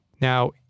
Now